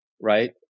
right